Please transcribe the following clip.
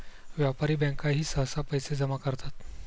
व्यापारी बँकाही सहसा पैसे जमा करतात